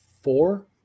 four